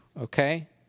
okay